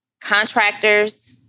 contractors